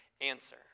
answer